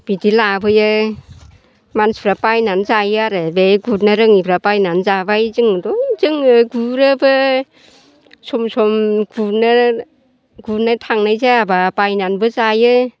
बिदि लाबोयो मानसिफ्रा बायनानै जायोआरो बे गुरनो रोङिफ्रा बायनानै जाबाय जोंथ' जों गुरोबो सम सम गुरनो थांनाय जायाब्ला बायनानैबो जायो